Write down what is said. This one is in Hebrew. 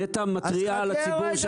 חכה.